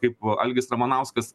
kaip algis ramanauskas